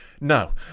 No